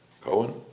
Cohen